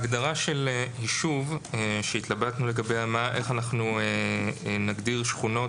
הגדרה של יישוב שהתלבטנו לגביה איך אנחנו נגדיר שכונות